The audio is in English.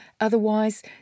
otherwise